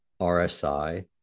RSI